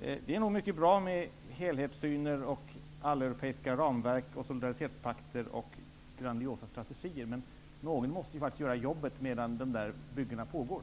Det är nog mycket bra med helhetssyner, alleuropeiska ramverk, solidaritetspakter och grandiosa strategier, men någon måste ju faktiskt göra jobbet medan dessa byggen pågår.